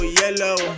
yellow